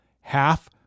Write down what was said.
half